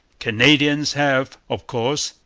canadians have, of course,